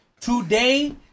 Today